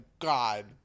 god